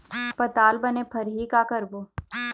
पताल बने फरही का करबो?